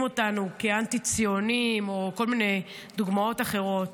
אותנו כאנטי-ציונים או כל מיני דוגמאות אחרות.